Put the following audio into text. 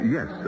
Yes